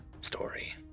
story